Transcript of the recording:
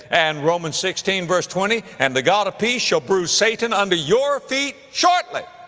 and romans sixteen verse twenty, and the god of peace shall bruise satan under your feet shortly.